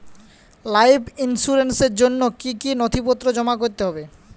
Life ইন্সুরেন্সর জন্য জন্য কি কি নথিপত্র জমা করতে হবে?